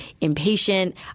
impatient